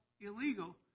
illegal